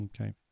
okay